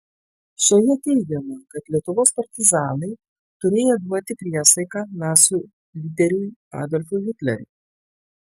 šioje teigiama kad lietuvos partizanai turėję duoti priesaiką nacių lyderiui adolfui hitleriui